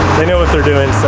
they know what they're doing,